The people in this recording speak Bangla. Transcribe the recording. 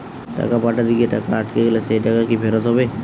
টাকা পাঠাতে গিয়ে টাকা আটকে গেলে সেই টাকা কি ফেরত হবে?